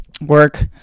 work